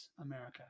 America